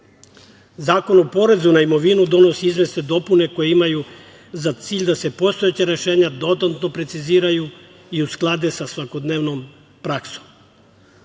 o porezu na imovinu donosi izvesne dopune koje imaju za cilj da se postojeća rešenja dodatno preciziraju i usklade sa svakodnevnom praksom.